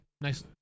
Nice